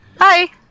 Hi